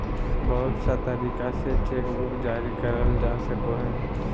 बहुत सा तरीका से चेकबुक जारी करल जा सको हय